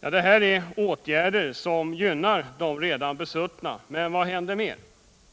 Detta är åtgärder som gynnar de redan besuttna. Men vad händer mer?